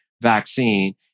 vaccine